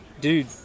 dude